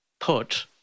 put